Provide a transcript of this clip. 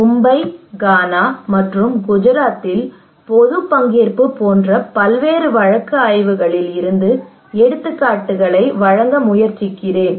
Mumbai Ghana மற்றும் குஜராத்தில் பொது பங்கேற்பு போன்ற பல்வேறு வழக்கு ஆய்வுகளில் இருந்து எடுத்துக்காட்டுகளை வழங்க முயற்சிக்கிறேன்